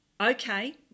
okay